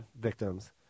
victims